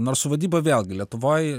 nors vadyba vėlgi lietuvoj